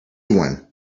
one